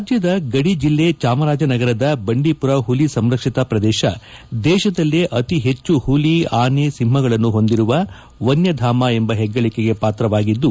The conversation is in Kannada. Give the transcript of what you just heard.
ರಾಜ್ಯದ ಗಡಿಜಲ್ಲೆ ಚಾಮರಾಜನಗರದ ಬಂಡೀಪುರ ಹುಲಿ ಸಂರಕ್ಷಿತಾ ಪ್ರದೇಶ ದೇಶದಲ್ಲೇ ಅತಿ ಹೆಚ್ಚು ಹುಲಿ ಆನೆ ಒಂಹಗಳನ್ನು ಹೊಂದಿರುವ ವನ್ಯಧಾಮ ಎಂಬ ಹೆಗ್ಗಳಕೆಗೆ ಪಾತ್ರವಾಗಿದ್ದು